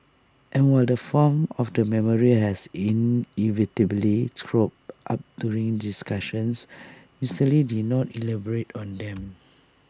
and while the farm of the memorial has inevitably cropped up during discussions Mister lee did not elaborate on them